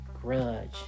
grudge